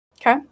Okay